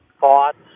thoughts